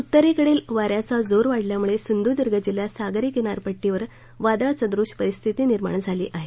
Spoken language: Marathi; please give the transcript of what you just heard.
उत्तरेकडील वाऱ्याचा जोर वाढल्यामुळे सिंधुदुर्ग जिल्ह्यात सागरी किनारपट्टीवर वादळसदृश परिस्थिती निर्माण झालीं आहे